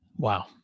Wow